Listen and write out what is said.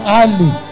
early